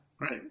Right